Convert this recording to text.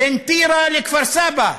בין טירה לכפר-סבא,